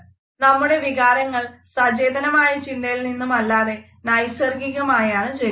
നമ്മുടെ വികാരങ്ങൾ സചേതനമായ ചിന്തയിൽ നിന്നുമല്ലാതെ നൈസർഗികമായാണ് ജനിക്കുന്നത്